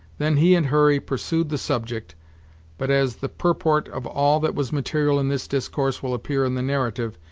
then he and hurry pursued the subject but, as the purport of all that was material in this discourse will appear in the narrative,